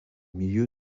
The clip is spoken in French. milieu